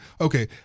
okay